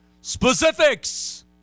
specifics